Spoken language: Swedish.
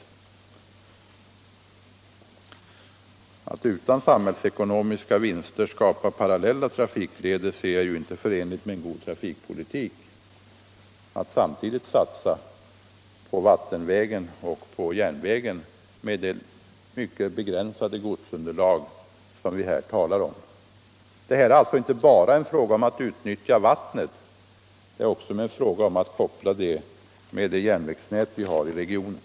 Att utan samhällekonomiska vinster skapa parallella trafikleder — genom att samtidigt satsa på vattenvägen och på järnvägen med det mycket begränsade godsunderlag som vi här talar om — är inte förenligt med en god trafikpolitik. Detta är alltså inte bara en fråga om att utnyttja vattnet, det är också en fråga om att göra en koppling med det järnvägsnät vi har i regionen.